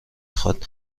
خواد